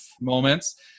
moments